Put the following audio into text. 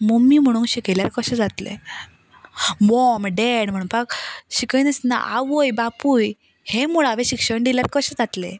mummy म्हणूंक शिकयल्यार कशें जातलें मॉम डॅड म्हणपाक शिकय नासतना आवय बापूय हें मुळावें शिक्षण दिल्यार कशें जातलें